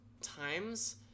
times